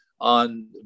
on